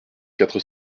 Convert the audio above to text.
quatre